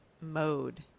mode